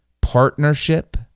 partnership